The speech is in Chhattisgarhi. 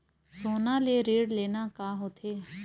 सोना ले ऋण लेना का होथे?